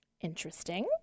Interesting